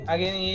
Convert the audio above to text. Again